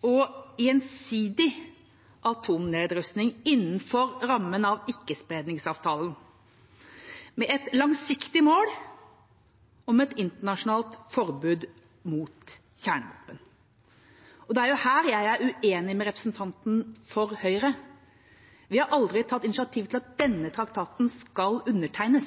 og gjensidig atomnedrustning innenfor rammen av ikkespredningsavtalen, med et langsiktig mål om et internasjonalt forbud mot kjernevåpen. Det er her jeg er uenig med representanten fra Høyre. Vi har aldri tatt initiativ til at denne traktaten skal undertegnes.